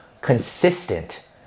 consistent